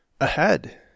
ahead